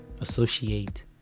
associate